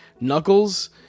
Knuckles